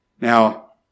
Now